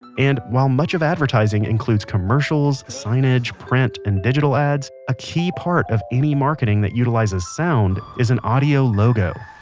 and while much of advertising includes commercials, signage, print and digital ads, a key part of any marketing that utilizes sound is an audio logo